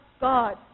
God